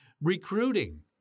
Recruiting